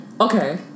Okay